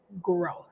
growth